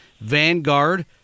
vanguard